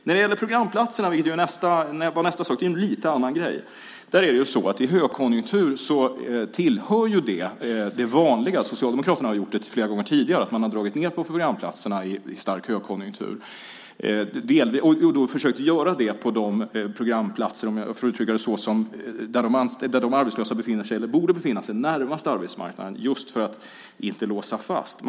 När det gäller programplatserna, nästa sak, är det en lite annan sak. Det tillhör ju det vanliga - Socialdemokraterna har gjort det flera gånger tidigare - att man drar ned antalet programplatser i en stark högkonjunktur. Man har då försökt göra det på de programplatser där de arbetslösa befinner sig eller borde befinna sig närmast arbetsmarknaden, för att uttrycka sig så, just för att inte låsa fast.